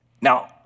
Now